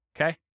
okay